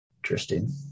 Interesting